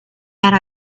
and